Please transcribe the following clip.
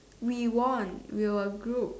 we won we were a group